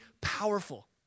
powerful